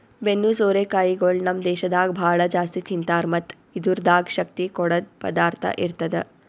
ಬೆನ್ನು ಸೋರೆ ಕಾಯಿಗೊಳ್ ನಮ್ ದೇಶದಾಗ್ ಭಾಳ ಜಾಸ್ತಿ ತಿಂತಾರ್ ಮತ್ತ್ ಇದುರ್ದಾಗ್ ಶಕ್ತಿ ಕೊಡದ್ ಪದಾರ್ಥ ಇರ್ತದ